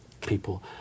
people